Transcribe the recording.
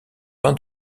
vain